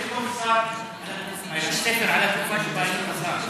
לכל שר לכתוב ספר על התקופה שבה היית שר.